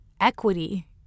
equity